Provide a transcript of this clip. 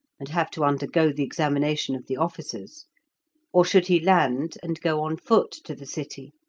and have to undergo the examination of the officers or should he land, and go on foot to the city?